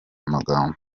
magambo